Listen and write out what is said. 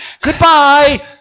Goodbye